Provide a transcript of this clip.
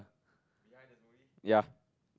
ya